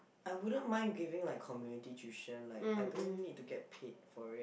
I wouldn't mind giving like community tuition like I don't need to get paid for it